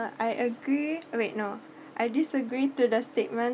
I agree wait no I disagree to the statement